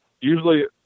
Usually